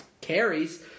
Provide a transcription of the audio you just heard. carries